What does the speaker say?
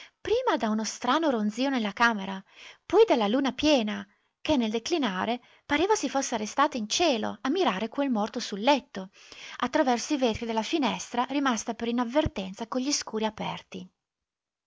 prima da uno strano ronzio nella camera poi dalla luna piena che nel declinare pareva si fosse arrestata in cielo a mirare quel morto sul letto attraverso i vetri della finestra rimasta per inavvertenza con gli scuri aperti